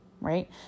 right